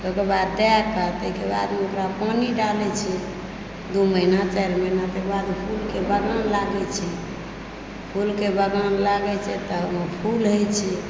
ओकर बाद दए कऽ ताहिके बाद ओकरा पानि डालै छै दू महीना चारि महीना तेकर बाद फूलके बगान लागै छै फूलके बगान लागै छै तऽ ओ फूल होइत छै